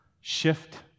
shift